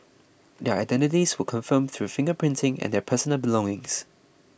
their identities were confirmed through finger printing and their personal belongings